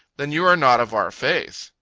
then you are not of our faith,